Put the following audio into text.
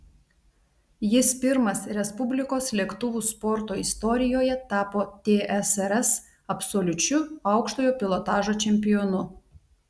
jis pirmas respublikos lėktuvų sporto istorijoje tapo tsrs absoliučiu aukštojo pilotažo čempionu